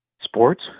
Sports